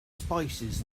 spices